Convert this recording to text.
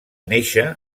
néixer